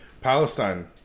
Palestine